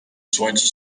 słońcu